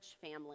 family